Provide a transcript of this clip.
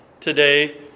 today